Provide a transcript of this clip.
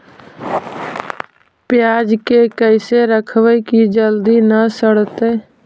पयाज के कैसे रखबै कि जल्दी न सड़तै?